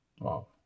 Wow